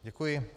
Děkuji.